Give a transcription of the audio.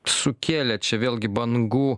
sukėlė čia vėlgi bangų